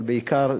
אבל בעיקר,